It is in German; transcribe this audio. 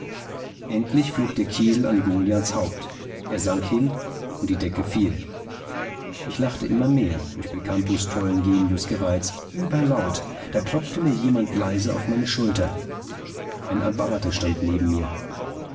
endlich flog der kiesel an goliaths haupt er sank hin und die decke fiel ich lachte immer mehr durch belcampos tollen genius gereizt überlaut da klopfte jemand leise auf meine schulter ein abbate stand neben mir